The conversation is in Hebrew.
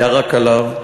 ירק עליו,